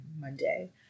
monday